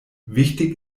wichtig